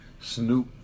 Snoop